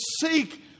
seek